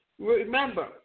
Remember